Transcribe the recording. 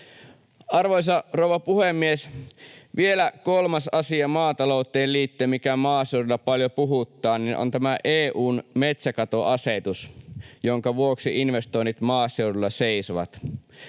Arvoisa rouva puhemies! Vielä kolmas asia maatalouteen liittyen, mikä maaseudulla paljon puhuttaa, on tämä EU:n metsäkatoasetus, jonka vuoksi investoinnit maaseudulla seisovat.